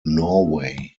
norway